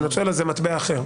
בוונצואלה זה מטבע אחר.